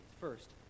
First